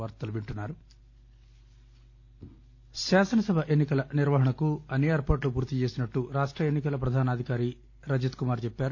ఓః శాసనసభ ఎన్ని కల నిర్వహణకు అన్ని ఏర్పాట్లూ పూర్తి చేసినట్లు రాష్ట ఎన్ని కల ప్రధానాధికారి డాక్టర్ రజత్కుమార్ చెప్పారు